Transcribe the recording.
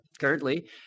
currently